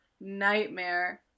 nightmare